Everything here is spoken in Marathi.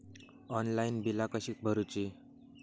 ऑनलाइन बिला कशी भरूची?